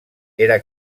era